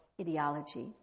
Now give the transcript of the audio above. ideology